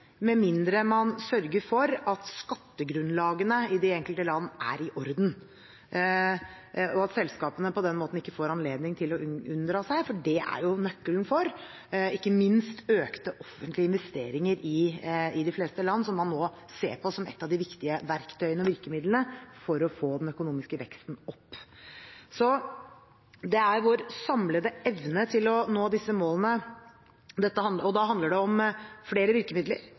med mindre man sørger for at skattegrunnlagene i de enkelte land er i orden, og at selskapene på den måten ikke får anledning til å unndra seg beskatning, for det er jo nøkkelen ikke minst til økte offentlige investeringer i de fleste land, som man må se på som et av de viktige verktøyene og virkemidlene for å få den økonomiske veksten opp. Så det er vår samlede evne til å nå disse målene dette handler om, og da handler det om flere virkemidler,